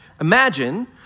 Imagine